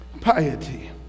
piety